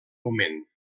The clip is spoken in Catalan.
moment